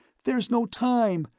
there's no time!